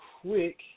quick